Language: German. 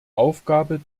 aufgabe